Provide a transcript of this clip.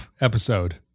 episode